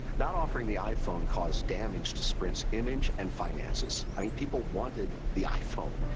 not offering the iphone caused damage to sprint's image and finances. i mean, people wanted the iphone,